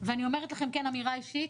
ואני אומרת לכם אמירה אישית